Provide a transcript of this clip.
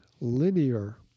linear